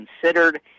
considered